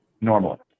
Normally